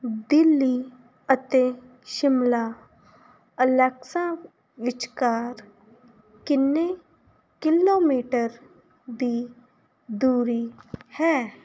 ਦਿੱਲੀ ਅਤੇ ਸ਼ਿਮਲਾ ਅਲੈਕਸਾ ਵਿਚਕਾਰ ਕਿੰਨੇ ਕਿਲੋਮੀਟਰ ਦੀ ਦੂਰੀ ਹੈ